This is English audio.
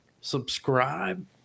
subscribe